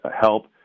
help